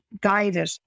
guided